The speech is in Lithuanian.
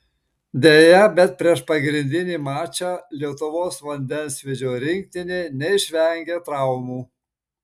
deja bet prieš pagrindinį mačą lietuvos vandensvydžio rinktinė neišvengė traumų